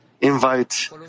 invite